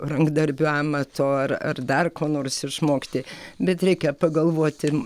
rankdarbių amato ar ar dar ko nors išmokti bet reikia pagalvoti